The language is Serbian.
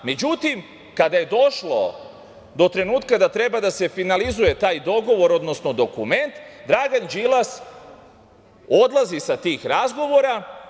Međutim, kada je došlo do trenutka da treba da se finalizuje taj dogovor, odnosno dokument Dragan Đilas odlazi sa tih razgovora.